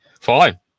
Fine